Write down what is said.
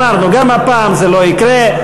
גם הפעם זה לא יקרה.